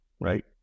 right